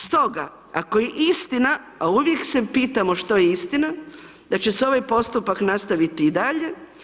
Stoga, ako je istina, a uvijek se pitamo što je istina, da će se ovaj postupak nastaviti i dalje.